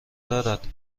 دارد